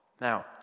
Now